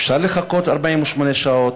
אפשר לחכות 48 שעות,